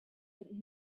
but